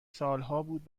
سالهابود